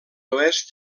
oest